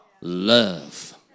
love